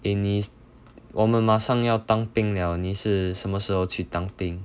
eh 你我们马上要当兵了你是什么时候去当兵